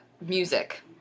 music